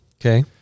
Okay